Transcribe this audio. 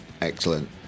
Excellent